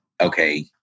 okay